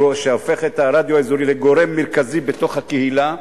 הופך את הרדיו האזורי לגורם מרכזי בתוך הקהילה,